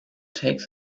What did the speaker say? takes